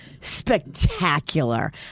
spectacular